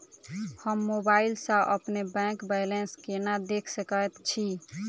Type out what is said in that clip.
हम मोबाइल सा अपने बैंक बैलेंस केना देख सकैत छी?